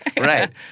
right